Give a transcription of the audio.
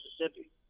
Mississippi